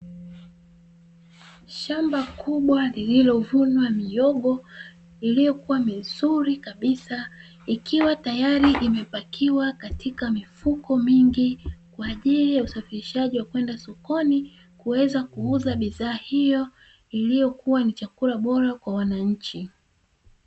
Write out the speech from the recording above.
Shamba kubwa lililovunwa mihogo iliyokuwa mizuri kabisa, ikiwa tayari imepakiwa katika mifuko mingi kwa ajili ya usafirishaji wa kwenda sokoni kuweza kuuza bidhaa hiyo iliyokuwa ni chakula bora kwa wananchi.